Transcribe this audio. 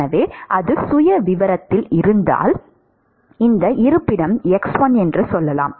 எனவே அது சுயவிவரத்தில் இருந்தால் இந்த இருப்பிடம் x1 என்று சொல்லலாம்